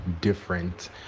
different